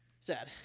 sad